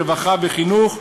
רווחה וחינוך,